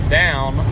down